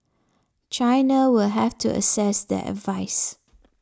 China will have to assess their advice